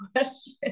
question